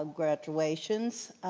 um graduations.